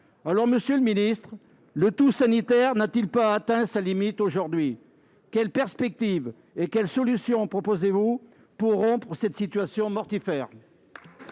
Monsieur le ministre, le tout-sanitaire n'a-t-il pas atteint sa limite aujourd'hui ? Quelles perspectives et quelles solutions proposez-vous pour rompre avec cette situation mortifère ?